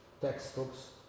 textbooks